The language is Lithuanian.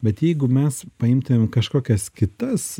bet jeigu mes paimtume kažkokias kitas